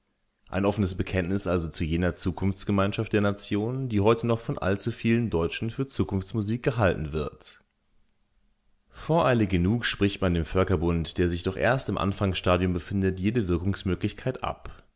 ein offenes bekenntnis also zu jener zukunftsgemeinschaft der nationen die heute noch von allzuvielen deutschen für zukunftsmusik gehalten wird voreilig genug spricht man dem völkerbund der sich doch erst im anfangsstadium befindet jede wirkungsmöglichkeit ab